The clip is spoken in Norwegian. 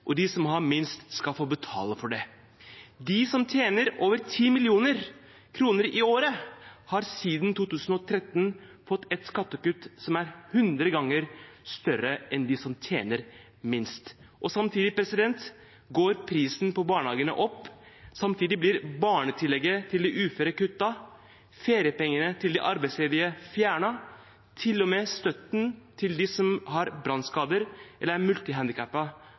og de som har minst skal betale for det. De som tjener over 10 mill. kr i året har siden 2013 fått et skattekutt som er hundre ganger større enn de som tjener minst. Samtidig går prisen på barnehagene opp, samtidig blir barnetillegget til de uføre kuttet, feriepengene til de arbeidsledige fjernet – til og med støtten til dem som har brannskader eller er